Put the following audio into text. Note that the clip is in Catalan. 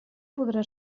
podrà